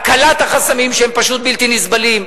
הקלת החסמים, שהם פשוט בלתי נסבלים.